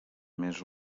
més